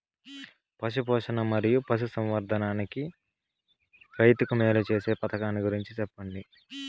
పశు పోషణ మరియు పశు సంవర్థకానికి రైతుకు మేలు సేసే పథకాలు గురించి చెప్పండి?